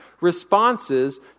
responses